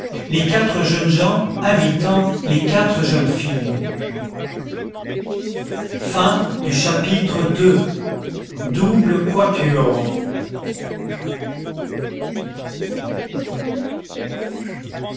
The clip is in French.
les quatre jeunes gens invitant les quatre jeunes filles chapitre iii quatre